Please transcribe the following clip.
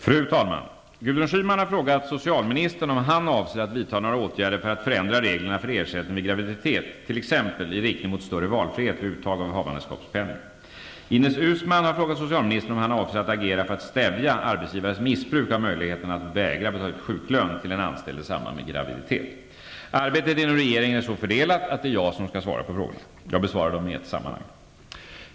Fru talman! Gudrun Schyman har frågat socialministern om han avser att vidta några åtgärder för att förändra reglerna för ersättning vid graviditet, t.ex. i riktning mot större valfrihet vid uttag av havandeskapspenning. Ines Uusmann har frågat socialministern om han avser att agera för att stävja arbetsgivares missbruk av möjligheten att vägra betala ut sjuklön till en anställd i samband med graviditet. Arbetet inom regeringen är så fördelat att det är jag som skall svara på frågorna. Jag besvarar dem i ett sammanhang.